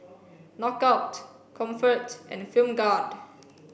Knockout Comfort and Film